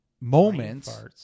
moments